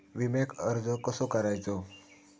विम्याक अर्ज कसो करायचो?